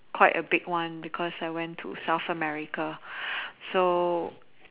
quite a big one because I went to South America so